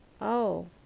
Oh